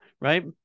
Right